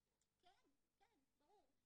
כן, כן, ברור.